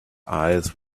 eyes